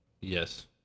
Yes